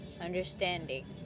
understanding